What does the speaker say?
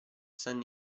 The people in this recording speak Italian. saint